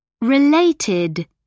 Related